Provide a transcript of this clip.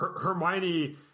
Hermione